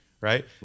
right